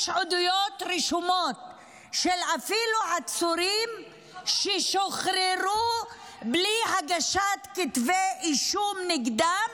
יש עדויות רשומות של עצורים ששוחררו בלי הגשת כתבי אישום נגדם,